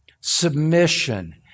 Submission